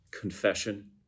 confession